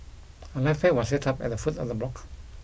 a life pack was set up at the foot of the block